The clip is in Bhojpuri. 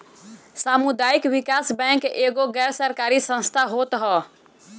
सामुदायिक विकास बैंक एगो गैर सरकारी संस्था होत हअ